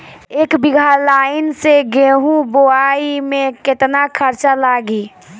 एक बीगहा लाईन से गेहूं बोआई में केतना खर्चा लागी?